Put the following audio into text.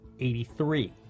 83